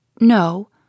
No